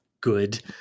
good